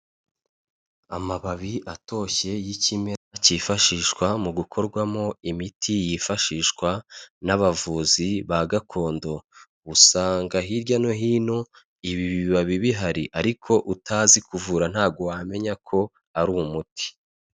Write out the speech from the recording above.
Amababi atoshye y'ikimera cyifashishwa mu gukorwamo imiti yifashishwa n'abavuzi ba gakondo, usanga hirya no hino ibi bibabi bihari ariko utazi kuvura ntago wamenya ko ari umuti.